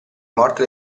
morte